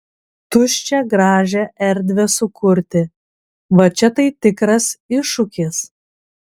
tuščią gražią erdvę sukurti va čia tai tikras iššūkis